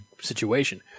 situation